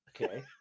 Okay